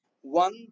One